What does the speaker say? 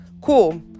cool